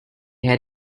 had